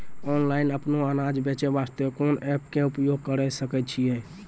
Online अपनो अनाज बेचे वास्ते कोंन एप्प के उपयोग करें सकय छियै?